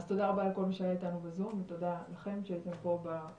אז תודה רבה לכל מי שהיה איתנו בזום ותודה לכם שהייתם פה בדיון,